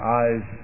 eyes